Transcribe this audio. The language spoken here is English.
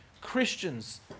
Christians